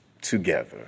together